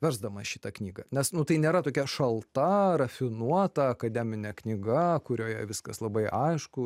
versdamas šitą knygą nes nu tai nėra tokia šalta rafinuota akademinė knyga kurioje viskas labai aišku